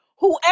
Whoever